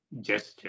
gesture